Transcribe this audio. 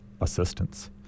assistance